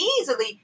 easily